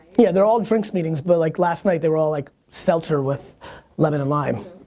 yeah they're all drinks meetings but like last night they were all like seltzer with lemon and lime.